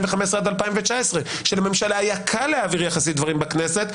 מ-2015 עד 2019 שלממשלה היה קל להעביר יחסית דברים בכנסת,